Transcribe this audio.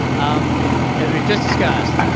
um as we've just discussed,